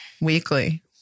Weekly